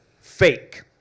fake